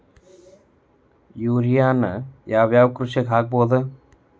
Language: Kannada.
ಯೂರಿಯಾನ ಯಾವ್ ಯಾವ್ ಕೃಷಿಗ ಹಾಕ್ಬೋದ?